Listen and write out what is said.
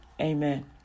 Amen